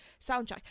soundtrack